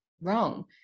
wrong